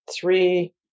Three